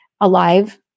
alive